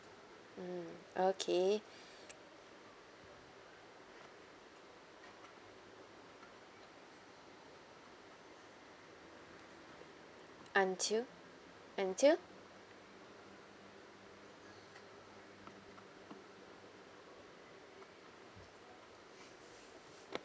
mm okay until until